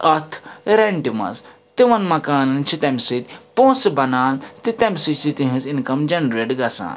اَتھ رٮ۪نٹہِ منٛز تِمَن مکانَن چھِ تَمہِ سۭتۍ پونٛسہٕ بنان تہٕ تَمہِ سۭتۍ چھِ تِہٕنٛز اِنکَم جَنٛریٹ گژھان